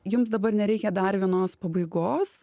jums dabar nereikia dar vienos pabaigos